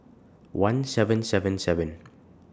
one seven seven seven